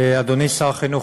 אדוני שר החינוך,